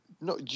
No